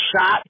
shot